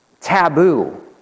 taboo